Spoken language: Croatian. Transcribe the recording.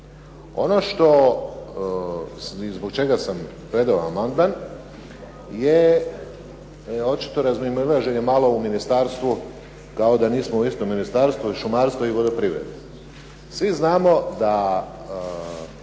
Ono što i zbog čega sam predao amandman, očito je razilaženje malo u Ministarstvu kao da nismo u istom ministarstvu i šumarstvo i vodoprivreda. Svi znamo da